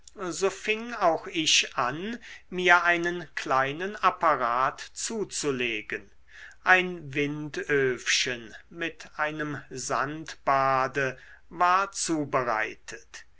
so fing auch ich an mir einen kleinen apparat zuzulegen ein windöfchen mit einem sandbade war zubereitet